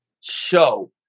show